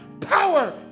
power